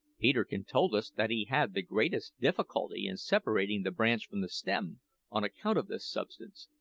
peterkin told us that he had the greatest difficulty in separating the branch from the stem on account of this substance,